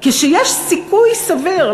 כשיש סיכוי סביר,